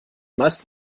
meist